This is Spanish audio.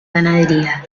ganadería